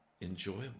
enjoyable